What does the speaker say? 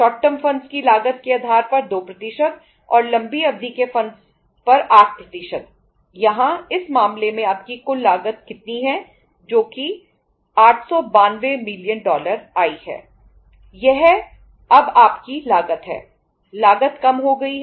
short term funds तक नीचे आ गई है